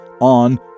on